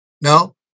No